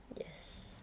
Yes